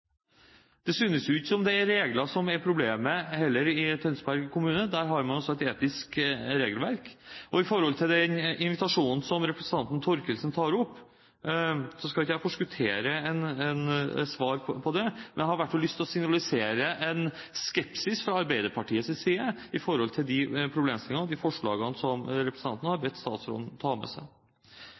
Det ser ikke ut som om det er regler som er problemet i Tønsberg kommune heller. Der har man altså et etisk regelverk. Når det gjelder den invitasjonen som representanten Thorkildsen tar opp, skal ikke jeg forskuttere et svar på det. Men jeg har i hvert fall lyst til å signalisere en skepsis fra Arbeiderpartiets side når det gjelder de problemstillingene og de forslagene som representanten har bedt statsråden om å ta med seg.